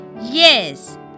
Yes